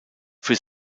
für